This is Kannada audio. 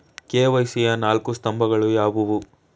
ಕೆ.ವೈ.ಸಿ ಯ ನಾಲ್ಕು ಸ್ತಂಭಗಳು ಯಾವುವು?